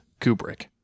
Kubrick